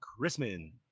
Chrisman